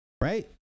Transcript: Right